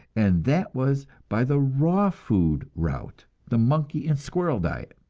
and that was by the raw food route, the monkey and squirrel diet.